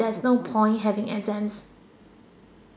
there's no point having exams